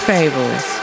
Fables